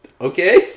Okay